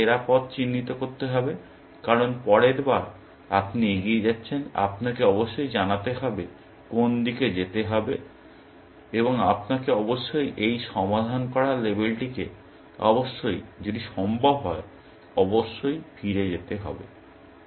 আপনাকে সেরা পথ চিহ্নিত করতে হবে কারণ পরের বার আপনি এগিয়ে যাচ্ছেন আপনাকে অবশ্যই জানতে হবে কোন দিকে যেতে হবে এবং আপনাকে অবশ্যই এই সমাধান করা লেবেলটিকে অবশ্যই যদি সম্ভব হয় অবশ্যই ফিরে যেতে হবে